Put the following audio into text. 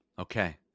Okay